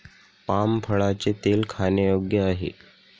palm फळाचे तेल खाण्यायोग्य आहे